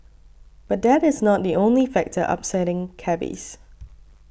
but that is not the only factor upsetting cabbies